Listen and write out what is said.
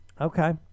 Okay